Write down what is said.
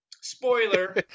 Spoiler